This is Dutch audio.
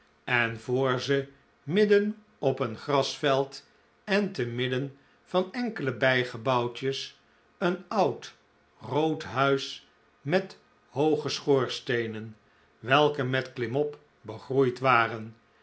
en voor ze midden op een grasveld en te midden van enkele bijgebouwtjes een oud rood huis met hooge schoorsteenen welke met klimop begroeid waren